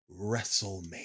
Wrestlemania